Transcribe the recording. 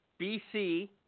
BC